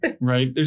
right